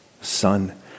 son